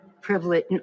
privilege